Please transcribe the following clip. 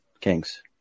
Kings